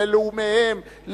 ללאומיהם,